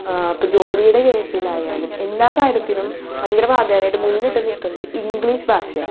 ഇപ്പം ജോലിയുടെ കേസിലായാലും എല്ലാ കാര്യത്തിനും ഭയങ്കര പ്രാധാന്യമായിട്ട് മുന്നിട്ട് നിൽക്കുന്നത് ഇംഗ്ലീഷ് ഭാഷയാണ്